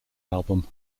album